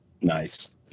Nice